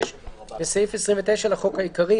תיקון סעיף 29 6. בסעיף 29 לחוק העיקרי,